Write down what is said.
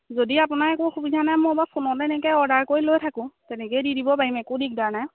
যদি আপোনাৰ একো অসুবিধা নাই মই বাৰু ফোনতে এনেকে অৰ্ডাৰ কৰি লৈ থাকোঁ তেনেকেই দি দিব পাৰিম একো দিগদাৰ নাই